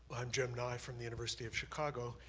i'm jim nye from the university of chicago,